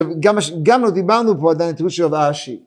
גם לא דיברנו פה עדיין את התירוץ של רב אשי